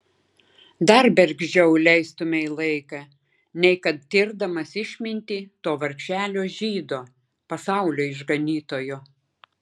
dar bergždžiau leistumei laiką nei kad tirdamas išmintį to vargšelio žydo pasaulio išganytojo